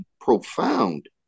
profound